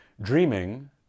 Dreaming